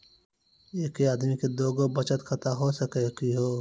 एके आदमी के दू गो बचत खाता हो सकनी का हो?